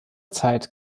zeit